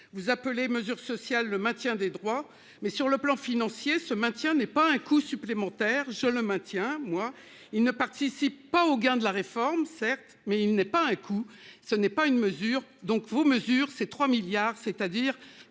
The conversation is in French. Vous appelez, mesures sociales, le maintien des droits mais sur le plan financier, ce maintien n'est pas un coût supplémentaire. Je le maintiens moi il ne participe pas aux gains de la réforme, certes, mais il n'est pas un coup ce n'est pas une mesure donc vos mesures, c'est 3 milliards, c'est-à-dire